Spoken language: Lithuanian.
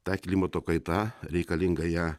ta klimato kaita reikalinga ją